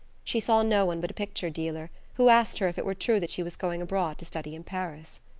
she saw no one but a picture dealer, who asked her if it were true that she was going abroad to study in paris.